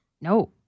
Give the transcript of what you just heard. no